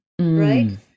Right